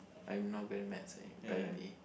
I'm not good in maths eh apparently